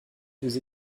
vous